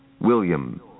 William